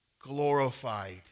glorified